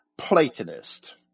Platonist